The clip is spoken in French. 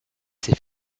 ses